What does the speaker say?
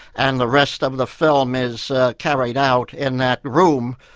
and the rest of the film is carried out in that room,